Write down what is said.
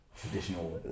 traditional